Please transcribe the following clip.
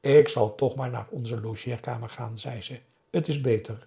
ik zal toch maar naar onze logeerkamer gaan zei ze het is beter